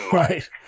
right